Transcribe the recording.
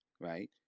right